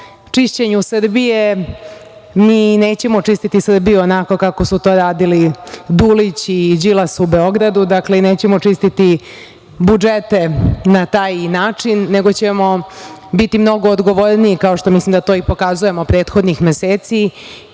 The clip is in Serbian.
čišćenju Srbije, mi nećemo čistiti Srbiju onako kako su to radili Dulić i Đilas u Beogradu i nećemo čistiti budžete na taj način, nego ćemo biti mnogo odgovorniji, kao što mislim da to i pokazujemo prethodnih meseci. Naravno